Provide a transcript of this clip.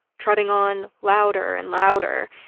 treading on louder and louder,